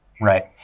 right